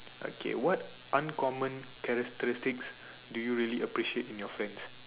okay what uncommon characteristics do you really appreciate about your friends